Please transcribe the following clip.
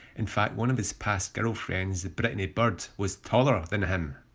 in fact, one of his past girlfriends, brittany byrd, was taller than him.